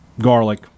garlic